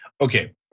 Okay